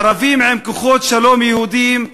ערבים עם כוחות שלום יהודיים,